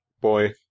Boy